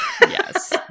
yes